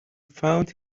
found